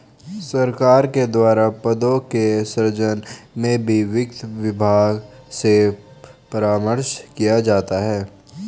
सरकार के द्वारा पदों के सृजन में भी वित्त विभाग से परामर्श किया जाता है